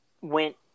went